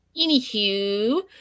Anywho